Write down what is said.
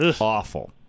Awful